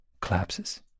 collapses